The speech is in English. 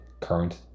current